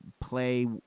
play